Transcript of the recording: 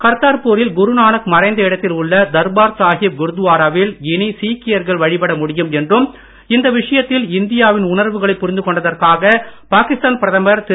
கர்த்தார்பூரில் குருநானக் மறைந்த இடத்தில் உள்ள தர்பார் சாகிப் குருத்வாராவில் இனி சீக்கியர்கள் வழிபட முடியும் என்றும் இந்த விஷயத்தில் இந்தியாவின் உணர்வுகளை புரிந்து கொண்டதற்காக பாகிஸ்தான் பிரதமர் திரு